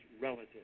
relative